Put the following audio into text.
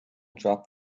dropped